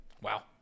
Wow